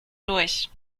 durch